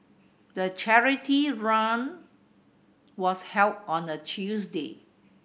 the charity run was held on a Tuesday